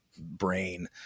brain